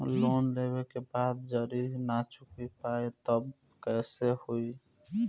Loan लेवे के बाद जड़ी ना चुका पाएं तब के केसमे का होई?